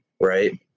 right